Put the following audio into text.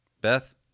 Beth